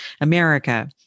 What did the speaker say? America